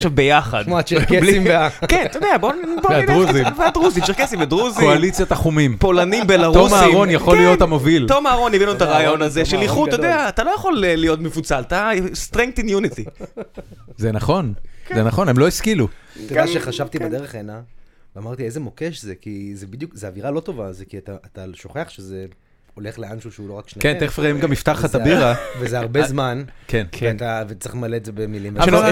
- עכשיו ביחד. תשמע, צ'רקסים ודרוזים. - קואליציות החומים. - פולנים, בלרוסים. - תום אהרון יכול להיות המוביל. - כן, תום אהרון הביא לנו את הרעיון הזה של איכות. אתה יודע, אתה לא יכול להיות מפוצל, strength in unity. - זה נכון. זה נכון, הם לא השכילו. - תדע שחשבתי בדרך הנה, ואמרתי, איזה מוקש זה, כי זה בדיוק, זו אווירה לא טובה, זה כי אתה שוכח שזה הולך לאנשהו שהוא לא רק שלכם. - כן, תכף ראם גם יפתח לך את הבירה. - וזה הרבה זמן. - כן, כן. - וצריך מלא את זה במילים.